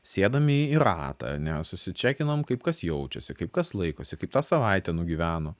sėdame į ratą ane susičekinam kaip kas jaučiasi kaip kas laikosi kaip tą savaitę nugyveno